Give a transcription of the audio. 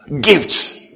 gift